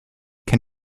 can